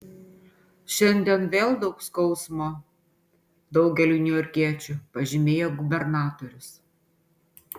šiandien vėl daug skausmo daugeliui niujorkiečių pažymėjo gubernatorius